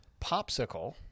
Popsicle